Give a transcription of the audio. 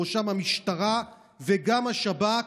ובראשם המשטרה וגם השב"כ,